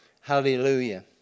Hallelujah